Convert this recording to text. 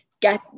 get